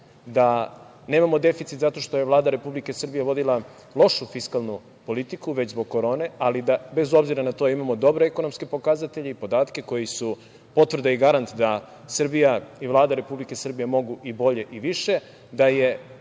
da nemamo deficit zato što je Vlada Republike Srbije vodila lošu fiskalnu politiku, već zbog korone, ali, bez obzira na to, imamo dobre ekonomske pokazatelje i podatke koji su potvrda i garant da Srbija i Vlada Republike Srbije mogu i bolje i više, da je